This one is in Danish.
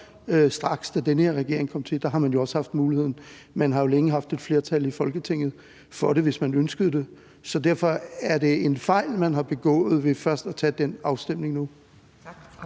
straks, da den her regering kom til; der har man jo også haft muligheden. Man har jo længe haft et flertal i Folketinget for det, hvis man ønskede det. Så derfor: Er det en fejl, man har begået ved først at tage den afstemning nu?